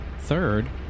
Third